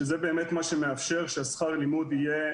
שזה באמת מה שמאפשר ששכר הלימוד יהיה